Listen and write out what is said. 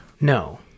no